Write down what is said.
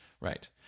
right